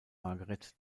margaret